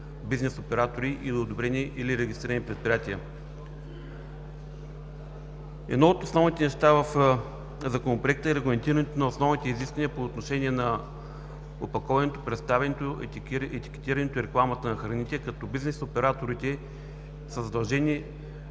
бизнес оператори и одобрени или регистрирани предприятия. Едно от основните неща в Законопроекта е регламентирането на основните изисквания по отношение на опаковането, представянето, етикетирането и рекламата на храните, като бизнес операторите са задължени